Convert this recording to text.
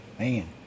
Man